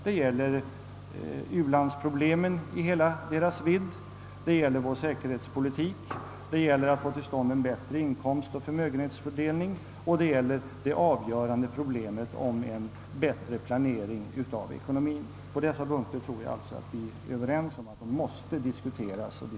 Det gäller u-landsproblemen i hela deras vidd, det gäller vår säkerhetspolitik, det gäller en bättre inkomst och förmögenhetsfördelning och det gäller det avgörande problemet om en bättre planering av ekonomien.